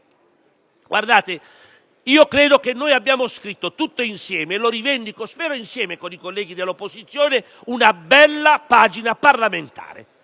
Innanzitutto, credo che abbiamo scritto tutti insieme - e lo rivendico, spero con i colleghi dell'opposizione - una bella pagina parlamentare.